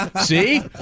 See